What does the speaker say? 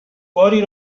باری